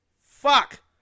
Fuck